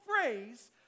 phrase